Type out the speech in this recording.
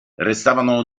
restavano